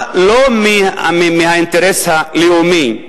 עקב, לא האינטרס הלאומי,